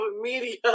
media